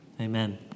Amen